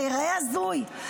זה ייראה הזוי.